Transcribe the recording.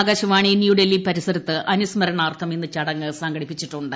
ആകാശവാണി ന്യൂഡൽഹി പരിസരത്ത് അനുസ്മരണാർത്ഥം ഇന്ന് ചടങ്ങ് സംഘടിപ്പിച്ചിട്ടുണ്ട്